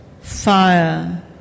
fire